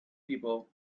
people